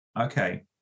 Okay